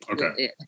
Okay